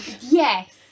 yes